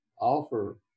offer